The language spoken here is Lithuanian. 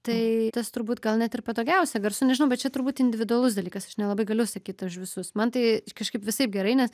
tai tas turbūt gal net ir patogiausia garsu nežinau bet čia turbūt individualus dalykas aš nelabai galiu sakyt už visus man tai kažkaip visaip gerai nes